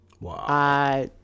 Wow